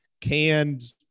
canned